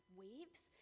waves